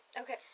Okay